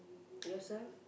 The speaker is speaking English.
yourself